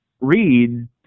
read